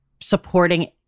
supporting